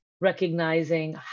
recognizing